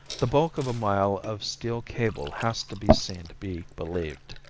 the bulk of a mile of steel cable has to be seen to be believed!